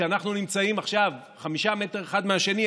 כשאנחנו נמצאים עכשיו חמישה מטר אחד מהשני,